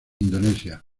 indonesia